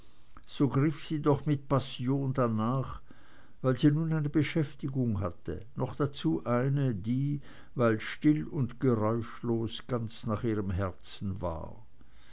so griff sie doch mit passion danach weil sie nun eine beschäftigung hatte noch dazu eine die weil still und geräuschlos ganz nach ihrem herzen war